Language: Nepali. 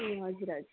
ए हजुर हजुर